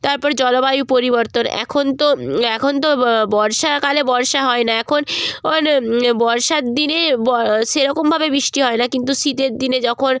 তার পরে জলবায়ু পরিবর্তন এখন তো এখন তো বর্ষাকালে বর্ষা হয় না এখন অন বর্ষার দিনে ব সেরকমভাবে বৃষ্টি হয় না কিন্তু শীতের দিনে যখন